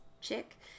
chick